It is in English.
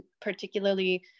particularly